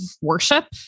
worship